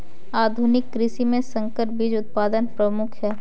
आधुनिक कृषि में संकर बीज उत्पादन प्रमुख है